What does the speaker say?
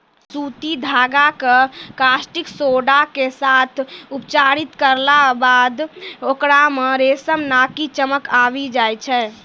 सूती धागा कॅ कास्टिक सोडा के साथॅ उपचारित करला बाद होकरा मॅ रेशम नाकी चमक आबी जाय छै